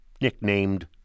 nicknamed